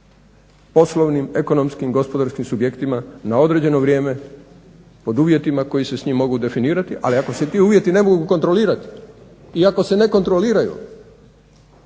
poslovni, ekonomskim gospodarskim subjektima na određeno vrijeme pod uvjetima koji se s njim mogu definirati ali ako se ti uvjeti ne mogu kontrolirati i ako se ne kontroliraju